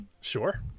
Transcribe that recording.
sure